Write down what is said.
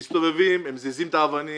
מסתובבים, הם מזיזים את האבנים.